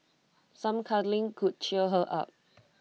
some cuddling could cheer her up